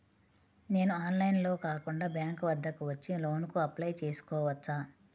నేను ఆన్లైన్లో కాకుండా బ్యాంక్ వద్దకు వచ్చి లోన్ కు అప్లై చేసుకోవచ్చా?